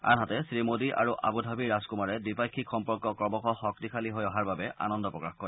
আনহাতে শ্ৰীমোডী আৰু আবু ধাবিৰ ৰাজকুমাৰে দ্বিপাক্ষিক সম্পৰ্ক ক্ৰমশঃ শক্তিশালী হৈ অহাৰ বাবে আনন্দ প্ৰকাশ কৰে